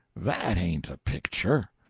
that ain't a picture!